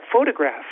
photograph